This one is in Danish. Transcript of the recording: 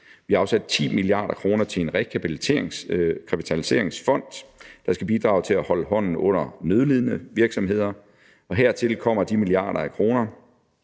Vi har afsat 10 mia. kr. til en rekapitaliseringsfond, der skal bidrage til at holde hånden under nødlidende virksomheder. Hertil kommer de milliarder af kroner,